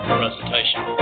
presentation